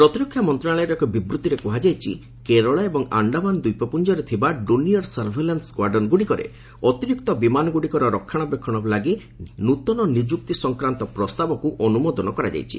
ପ୍ରତିରକ୍ଷା ମନ୍ତ୍ରଣାଳୟର ଏକ ବିବୃଭିରେ କୁହାଯାଇଛି କେରଳ ଏବଂ ଆଣ୍ଡାମାନ ଦ୍ୱୀପପୁଞ୍ଜରେ ଥିବା ଡୋନିୟର ସର୍ଭେଲାନ୍ସ ସ୍କ୍ୱାର୍ଡନ୍ ଗୁଡିକରେ ଅତିରିକ୍ତ ବିମାନଗୁଡିକର ରକ୍ଷଣାବେକ୍ଷଣ ପାଇଁ ନୃତନ ନିଯୁକ୍ତି ସଂକ୍ରାନ୍ତ ପ୍ରସ୍ତାବକୁ ଅନୁମୋଦନ କରାଯାଇଛି